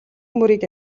мөрийг